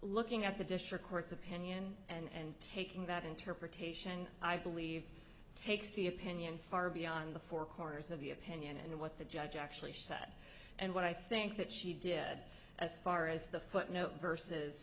looking at the district court's opinion and taking that interpretation i believe takes the opinion far beyond the four corners of the opinion and what the judge actually said and what i think that she did as far as the footnote versus